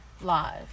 live